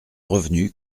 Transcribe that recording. revenus